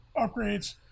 upgrades